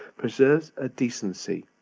preserves a decency,